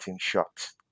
shots